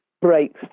breaks